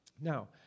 Now